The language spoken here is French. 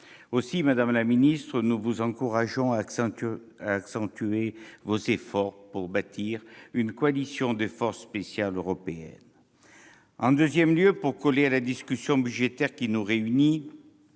Aussi, madame la ministre, nous vous encourageons à accentuer vos efforts pour bâtir une coalition des forces spéciales européennes. En second lieu, pour coller à la discussion budgétaire qui nous réunit,